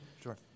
Sure